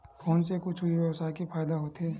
Phone से कुछु ई व्यवसाय हे फ़ायदा होथे?